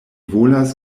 volas